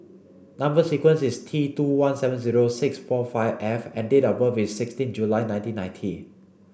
number sequence is T two one seven zero six four five F and date of birth is sixteen July nineteen ninety